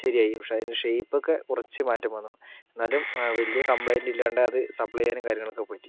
ശരി ആയി പക്ഷെ അതിൻ്റെ ഷേയ്പ്പ് ഒക്കെ കുറച്ച് മാറ്റം വന്നു എന്നാലും വലിയ കംപ്ലെയിന്റ് ഇല്ലാണ്ട് അത് സപ്ലൈ ചെയ്യാനും കാര്യങ്ങളക്കെ പറ്റി